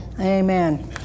amen